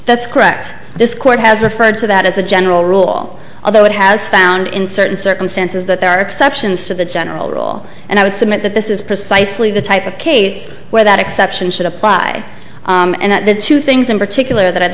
that's correct this court has referred to that as a general rule of though it has found in certain circumstances that there are exceptions to the general rule and i would submit that this is precisely the type of case where that exception should apply and that the two things in particular that i'd